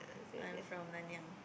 I'm from Nanyang